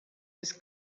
was